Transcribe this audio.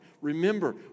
Remember